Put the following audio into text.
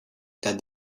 that